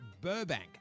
Burbank